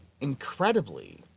incredibly